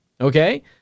okay